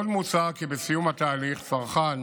עוד מוצע כי בסיום התהליך, צרכן